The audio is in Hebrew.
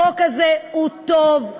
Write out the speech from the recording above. החוק הזה הוא טוב,